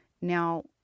Now